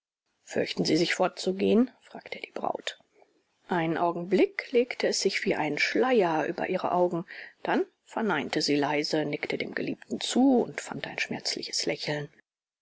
fürchten sie sich fortzugehen fragte er die braut einen augenblick legte es sich wie ein schleier über ihre augen dann verneinte sie leise nickte dem geliebten zu und fand ein schmerzliches lächeln